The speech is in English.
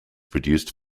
produced